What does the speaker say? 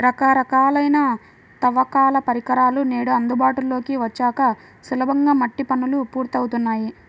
రకరకాలైన తవ్వకాల పరికరాలు నేడు అందుబాటులోకి వచ్చాక సులభంగా మట్టి పనులు పూర్తవుతున్నాయి